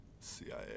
CIA